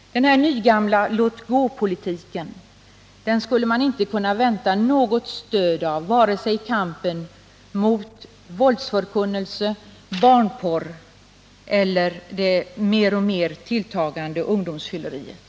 Den nygamla låt-gå-politiken skulle man inte kunna vänta något stöd av i kampen mot vare sig våldsförkunnelse, barnporr eller det mer och mer tilltagande ungdomsfylleriet.